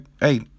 hey